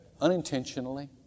unintentionally